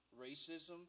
racism